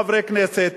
חברי הכנסת,